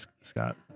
Scott